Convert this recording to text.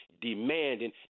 demanding